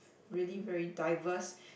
really very diverse